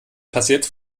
passiert